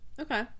okay